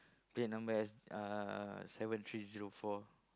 plate number S uh seven three zero four